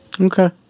okay